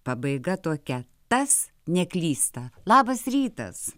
pabaiga tokia tas neklysta labas rytas